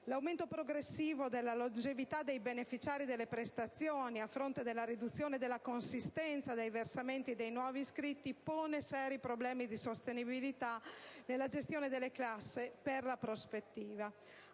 L'aumento progressivo della longevità dei beneficiari delle prestazioni a fronte della riduzione della consistenza dei versamenti dei nuovi iscritti pone seri problemi di sostenibilità gestionale delle casse per la prospettiva.